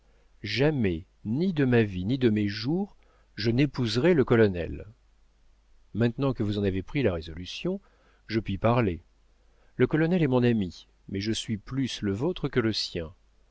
jamais ni de ma vie ni de mes jours je n'épouserai le colonel maintenant que vous en avez pris la résolution je puis parler le colonel est mon ami mais je suis plus le vôtre que le sien